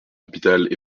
hôpital